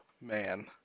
man